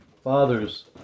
Fathers